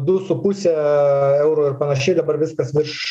du su puse euro ir panašiai dabar viskas virš